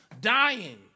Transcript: dying